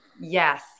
Yes